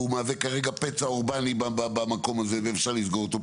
והוא מהווה כרגע פצע אורבני במקום הזה ואפשר לסגור אותו.